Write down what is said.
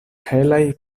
helaj